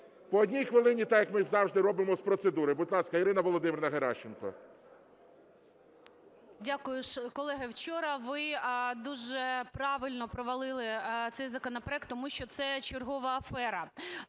По одній хвилині – так, як ми завжди робимо з процедури. Будь ласка, Ірина Володимирівна Геращенко. 11:49:22 ГЕРАЩЕНКО І.В. Дякую. Колеги, вчора ви дуже правильно провалили цей законопроект, тому що це чергова афера.